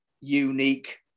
unique